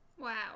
Wow